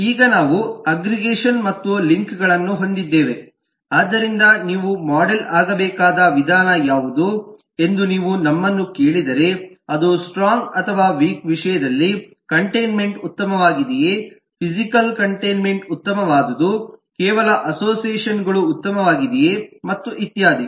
ಈಗ ನಾವು ಅಗ್ಗ್ರಿಗೇಷನ್ ಮತ್ತು ಲಿಂಕ್ಗಳನ್ನು ಹೊಂದಿದ್ದೇವೆ ಆದ್ದರಿಂದ ನೀವು ಮೋಡೆಲ್ ಆಗಬೇಕಾದ ವಿಧಾನ ಯಾವುದು ಎಂದು ನೀವು ನಮ್ಮನ್ನು ಕೇಳಿದರೆ ಅದು ಸ್ಟ್ರಾಂಗ್ ಅಥವಾ ವೀಕ್ ವಿಷಯದಲ್ಲಿ ಕಂಟೈನ್ಮೆಂಟ್ ಉತ್ತಮವಾಗಿದೆಯೆ ಫಿಸಿಕಲ್ ಕಂಟೈನ್ಮೆಂಟ್ ಉತ್ತಮವಾದುದು ಕೇವಲ ಅಸೋಸಿಯೇಷನ್ಗಳು ಉತ್ತಮವಾಗಿದೆಯೆ ಮತ್ತು ಇತ್ಯಾದಿ